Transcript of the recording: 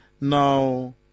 Now